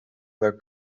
were